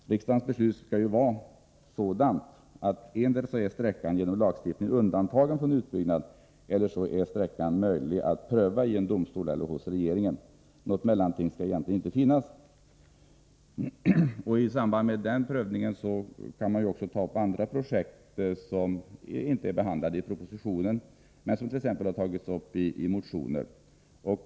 Riksdagens beslut skall vara sådant att antingen är sträckan genom lagstiftningen undantagen från utbyggnad eller också är det möjligt att pröva utbyggnaden av sträckan i en domstol eller hos regeringen. Något mellanting skall egentligen inte finnas. I samband med den prövningen kan man även ta upp andra projekt som inte är behandlade i propositionen, men somt.ex. har tagits upp i motioner.